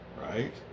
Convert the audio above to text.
Right